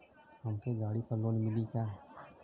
हमके गाड़ी पर लोन मिली का?